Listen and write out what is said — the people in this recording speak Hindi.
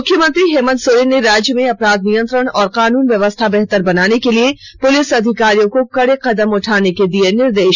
मुख्यमंत्री हेमंत सोरेन ने राज्य में अपराध नियंत्रण और कानून व्यवस्था बेहतर बनाने के लिए पुलिस अधिकारियों को कड़े कदम उठाने के दिए निर्देश